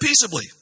peaceably